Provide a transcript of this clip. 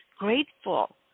grateful